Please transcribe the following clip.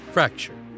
Fracture